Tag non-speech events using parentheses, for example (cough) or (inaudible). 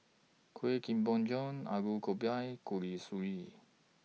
Kueh Kemboja (unintelligible) Go B I (unintelligible) Suji